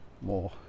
more